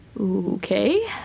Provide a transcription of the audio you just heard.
Okay